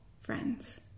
friends